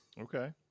Okay